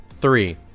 Three